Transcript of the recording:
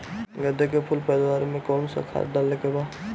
गेदे के फूल पैदवार मे काउन् सा खाद डाले के बा?